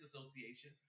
Association